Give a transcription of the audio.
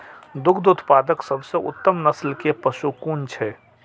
दुग्ध उत्पादक सबसे उत्तम नस्ल के पशु कुन छै?